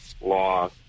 law